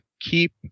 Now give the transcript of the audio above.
keep